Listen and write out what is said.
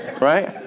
Right